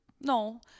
no